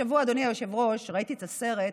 השבוע, אדוני היושב-ראש, ראיתי את הסרט,